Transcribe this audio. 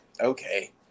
Okay